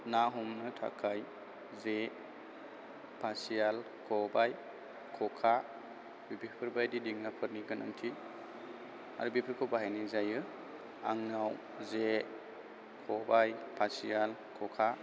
ना हमनो थाखाय जे फासियाल खबाय खखा बेफोरबादि आयजेंफोरनि गोनांथि आरो बेफोरखौ बाहायनाय जायो आंनाव जे खबाय फासियाल खखा